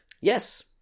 Yes